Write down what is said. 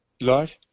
Lord